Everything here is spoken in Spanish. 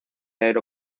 aero